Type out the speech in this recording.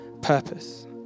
purpose